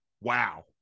wow